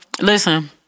Listen